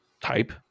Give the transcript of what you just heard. type